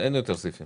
אין יותר סעיפים?